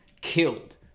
killed